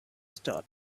start